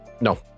No